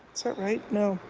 sort of right? no.